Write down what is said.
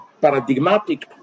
paradigmatic